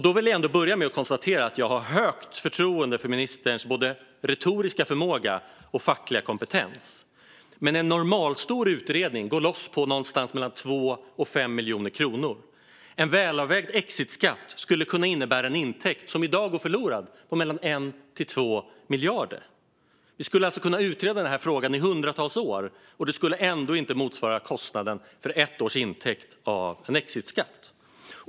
Då vill jag ändå börja med att konstatera att jag har högt förtroende för ministerns retoriska förmåga och fackkompentens. Men en normalstor utredning går loss på någonstans mellan 2 och 5 miljoner kronor. En välavvägd exitskatt skulle kunna innebära en intäkt - som i dag gör förlorad - på mellan 1 och 2 miljarder. Vi skulle alltså kunna utreda den här frågan i hundratals år, och det skulle ändå inte motsvara kostnaden för ett års intäkt av en exitskatt.